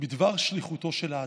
בדבר שליחותו של האדם".